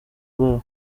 rwabo